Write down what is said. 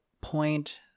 point